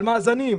על מאזנים,